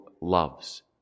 loves